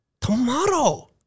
Tomorrow